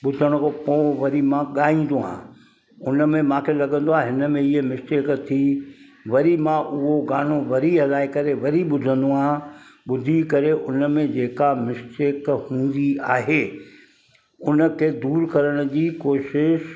ॿुधण खो पोइ वरी मां ॻाईंदो आहियां उन में मूंखे लॻंदो आहे हिन में हीअ मिस्टेक थी वरी मां उहो गानो वरी हलाए करे वरी ॿुधंदो आहियां ॿुधी करे उन में जेका मिस्टेक हूंदी आहे उन खे दूरि करण जी कोशिशि